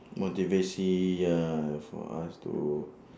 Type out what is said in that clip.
motivation ya for us to